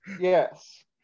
yes